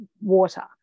water